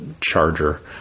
charger